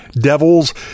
Devils